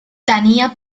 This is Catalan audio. tenia